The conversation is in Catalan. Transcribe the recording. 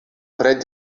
fred